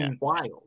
wild